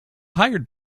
hired